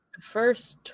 first